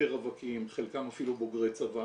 יותר רווקים, חלקם אפילו בוגרי צבא.